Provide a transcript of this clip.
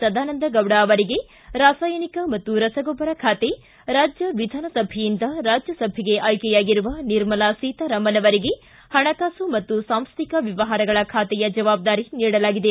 ಸದಾನಂದಗೌಡ ಅವರಿಗೆ ರಾಸಾಯನಿಕ ಮತ್ತು ರಸಗೊಬ್ಬರ ಖಾತೆ ರಾಜ್ಯ ವಿಧಾನಸಭೆಯಿಂದ ರಾಜ್ಞಸಭೆಗೆ ಆಯ್ಕೆಯಾಗಿರುವ ನಿರ್ಮಲಾ ಸೀತಾರಾಮನ್ ಅವರಿಗೆ ಹಣಕಾಸು ಮತ್ತು ಸಾಂಸ್ಟಿಕ ವ್ಯವಹಾರಗಳ ಬಾತೆಯ ಜವಾಬ್ದಾರಿ ನೀಡಲಾಗಿದೆ